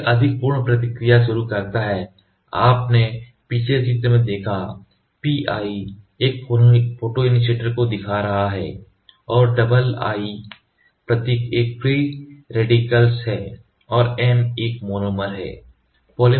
यह अधिक पूर्ण प्रतिक्रिया शुरू करता है आपने पिछले चित्र में देखा P I एक फोटोइनीशिएटर को दिखा रहा है और डबल I प्रतीक एक फ्री रेडिकल है और M एक मोनोमर है